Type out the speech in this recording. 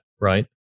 right